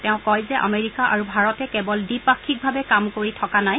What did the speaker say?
তেওঁ কয় যে আমেৰিকা আৰু ভাৰতে কেৱল দ্বিপাক্ষিকভাৱে কাম কৰি থকা নাই